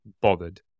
bothered